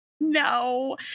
no